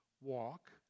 walk